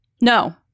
No